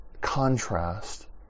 contrast